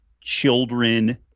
children –